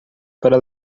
para